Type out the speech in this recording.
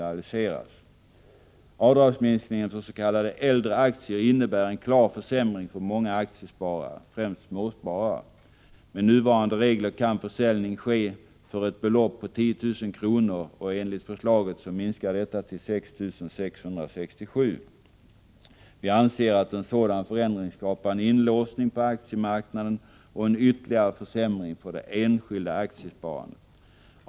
Avdragsminskning för s.k. äldre aktier innebär en klar försämring för många aktiesparare, främst för småsparare. Med nuvarande regler kan försäljning ske för ett belopp på 10 000 kr. Enligt förslaget minskas detta till 6 667 kr. Vi anser att en sådan förändring skapar en låsning på aktiemarknaden och en ytterligare försämring för det enskilda aktiesparandet.